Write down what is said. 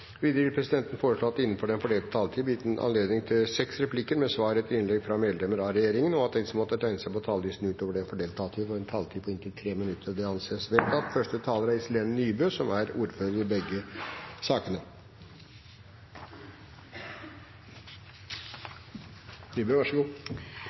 Videre vil presidenten foreslå at det blir gitt anledning til seks replikker med svar etter innlegg fra medlemmer av regjeringen innenfor den fordelte taletid, og at de som måtte tegne seg på talerlisten utover den fordelte taletid, får en taletid på inntil 3 minutter. – Det anses vedtatt. Jeg håper næringskomiteen bruker litt kortere tid enn forrige komité. I